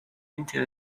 into